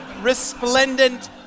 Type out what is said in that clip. resplendent